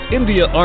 India